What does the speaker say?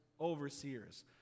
overseers